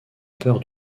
peur